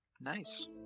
nice